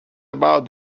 about